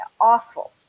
Awful